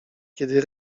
kiedy